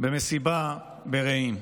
במסיבה ברעים.